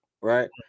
right